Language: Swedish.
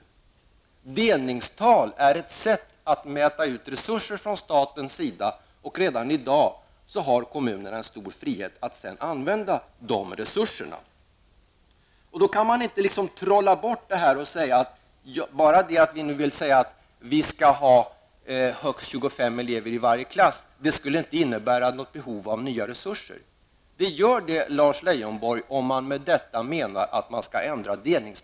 Att ha delningstal är ett sätt att mäta ut resurser från statens sida. Redan i dag har kommunerna stor frihet när det gäller att sedan använda de här resurserna. Då kan man inte bara trolla bort det här och säga: Att det skall vara högst 25 elever i varje klass skulle inte innebära något behov av nya resurser. Men det gör det, Lars Leijonborg, om man med detta menar att delningstalet skall ändras.